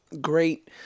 great